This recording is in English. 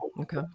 Okay